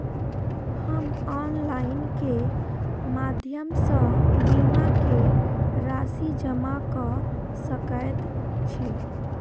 हम ऑनलाइन केँ माध्यम सँ बीमा केँ राशि जमा कऽ सकैत छी?